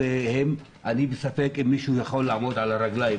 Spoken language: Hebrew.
בעלי האולמות ואני בספק אם מישהו מהם יכול לעמוד על הרגליים,